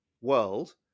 world